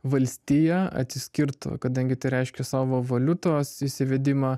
valstija atsiskirtų kadangi tai reiškias savo valiutos įsivedimą